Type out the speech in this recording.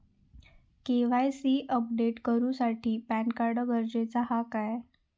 KYC update करूसाठी PAN card गरजेचा हा काय?